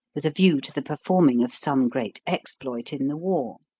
with a view to the performing of some great exploit in the war.